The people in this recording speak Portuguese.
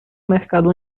mercado